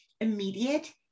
immediate